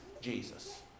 Jesus